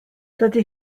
dydy